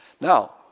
Now